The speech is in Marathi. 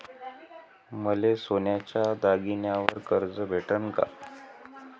मले सोन्याच्या दागिन्यावर कर्ज भेटन का?